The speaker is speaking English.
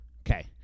Okay